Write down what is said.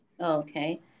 Okay